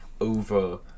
over